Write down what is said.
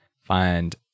find